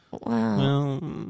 Wow